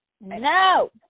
No